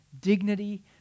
dignity